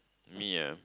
me ah